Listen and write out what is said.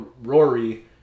Rory